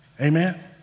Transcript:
Amen